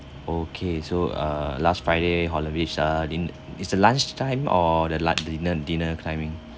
okay so err last friday holland village uh in is the lunch time or the like dinner dinner timing